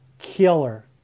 killer